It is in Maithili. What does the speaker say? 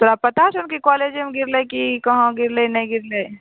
तोरा पता छौ कि कॉलेजेमे गिरलै कि कहाँ गिरलै नहि गिरलै